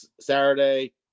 saturday